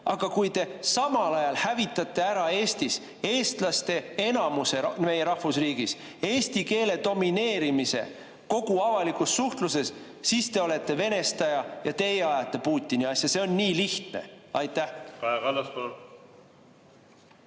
Aga kui te samal ajal hävitate ära Eestis eestlaste enamuse meie rahvusriigis, eesti keele domineerimise kogu avalikus suhtluses, siis te olete venestaja ja teie ajate Putini asja. See on nii lihtne. Aitäh!